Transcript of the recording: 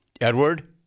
Edward